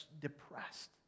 depressed